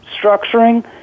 structuring